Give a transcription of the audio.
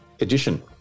edition